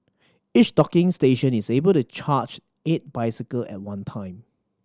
each docking station is able to charge eight bicycle at one time